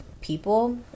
people